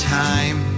time